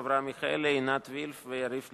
אני מתכבד להביא בפניכם לקריאה שנייה ולקריאה שלישית